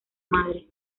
madre